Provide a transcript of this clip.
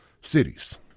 cities